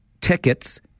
tickets